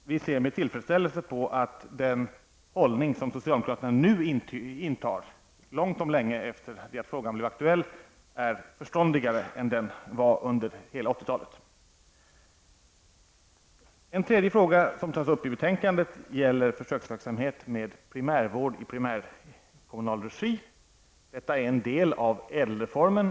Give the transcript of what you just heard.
Vi ser med tillfredsställelse på att den hållning som socialdemokraterna nu intar, långt om länge efter det att frågan blev aktuell, är förståndigare än den var under hela 80-talet. Ytterligare en fråga som tas upp i betänkandet gäller försöksverksamhet med primärvård i primärkommunal regi. Detta är en del av ÄDEL reformen.